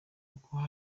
uko